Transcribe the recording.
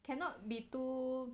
cannot be too